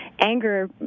anger